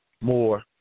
more